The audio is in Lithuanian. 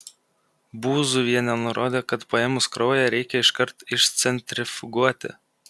būziuvienė nurodė kad paėmus kraują reikia iškart išcentrifuguoti